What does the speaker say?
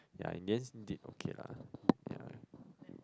yeah in the end did okay lah yeah